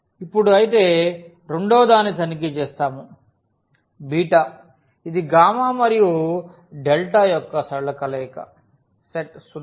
ఇప్పుడుఅయితే రెండవదాన్ని తనిఖీ చేస్తాము ఇది యొక్క సరళ కలయిక